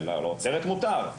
לאוצרת מותר,